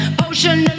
potion